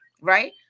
right